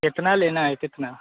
कितना लेना है कितना